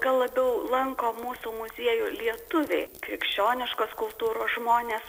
gal labiau lanko mūsų muziejų lietuviai krikščioniškos kultūros žmonės